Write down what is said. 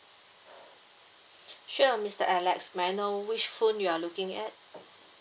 sure mister alex may I know which phone you are looking at